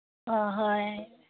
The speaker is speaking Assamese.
অঁ হয়